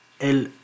El